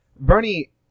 Bernie